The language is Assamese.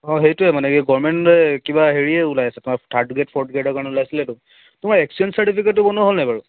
অঁ সেইটোৱে মানে গৰ্ভমেণ্টে কিবা হেৰি ওলাইছে তোমাৰ থাৰ্ড গ্ৰেড ফৰ্থ গ্ৰেডৰ কাৰণে ওলাইছিলেতো তোমাৰ এক্সেঞ্জ চাৰ্টিফিকটটো বনোৱা হ'লনে বাৰু